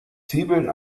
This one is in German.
zwiebeln